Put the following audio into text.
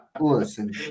Listen